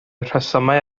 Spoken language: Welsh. rhesymau